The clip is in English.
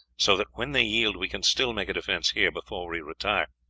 so that when they yield we can still make a defence here, before we retire.